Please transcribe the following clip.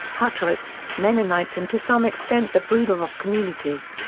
hutterites, mennonites and to some extent the bruderhof communities.